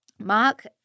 Mark